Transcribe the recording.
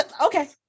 okay